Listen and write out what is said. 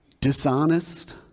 dishonest